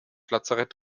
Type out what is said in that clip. lazarett